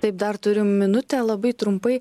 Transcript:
taip dar turim minutę labai trumpai